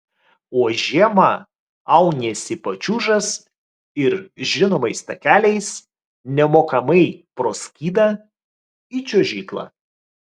o žiemą auniesi pačiūžas ir žinomais takeliais nemokamai pro skydą į čiuožyklą